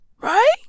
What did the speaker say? right